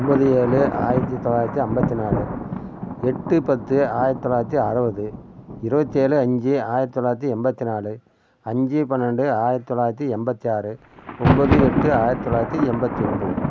ஒம்பது ஏழு ஆயிரத்தி தொள்ளாயிரத்தி ஐம்பத்தி நாலு எட்டு பத்து ஆயிரத்தி தொள்ளாயிரத்தி அறுபது இருபத்தி ஏழு அஞ்சு ஆயிரத்தி தொள்ளாயிரத்தி எண்பத்தி நாலு அஞ்சு பன்னண்டு ஆயிரத்தி தொள்ளாயிரத்தி எண்பத்தி ஆறு ஒம்பது எட்டு ஆயிரத்தி தொள்ளாயிரத்தி எண்பத்தி ஒம்பது